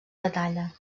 batalla